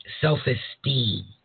self-esteem